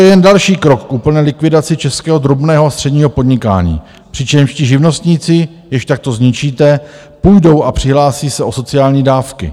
Toto je jen další krok k úplné likvidaci českého drobného a středního podnikání, přičemž ti živnostníci, jež takto zničíte, půjdou a přihlásí se o sociální dávky.